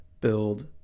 build